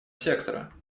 сектора